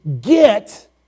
get